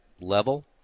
level